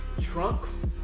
Trunks